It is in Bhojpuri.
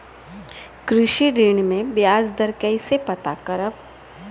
कृषि ऋण में बयाज दर कइसे पता करब?